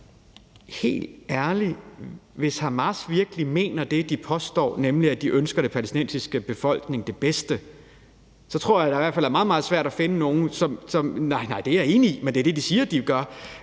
Helt ærligt, hvis Hamas virkelig mener det, de påstår, nemlig at de ønsker den palæstinensiske befolkning det bedste, så er der jo et eneste svar på det, og